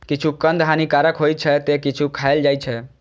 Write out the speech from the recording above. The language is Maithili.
किछु कंद हानिकारक होइ छै, ते किछु खायल जाइ छै